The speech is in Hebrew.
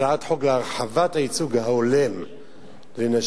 הצעת חוק להרחבת הייצוג ההולם לנשים.